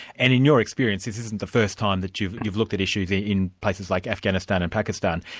and in your experience, this isn't the first time that you've you've looked at issues in in places like afghanistan and pakistan.